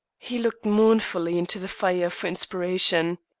he looked mournfully into the fire for inspiration.